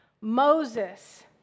Moses